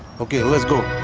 okay let's go